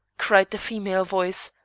cried the female voice.